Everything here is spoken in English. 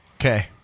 Okay